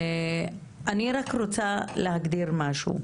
אני רק רוצה להגדיר משהו.